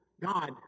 God